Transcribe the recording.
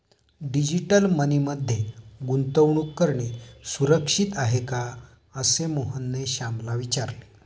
digital money मध्ये गुंतवणूक करणे सुरक्षित आहे का, असे मोहनने श्यामला विचारले